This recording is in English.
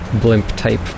blimp-type